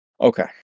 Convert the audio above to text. Okay